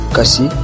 Kasi